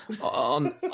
on